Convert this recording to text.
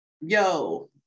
yo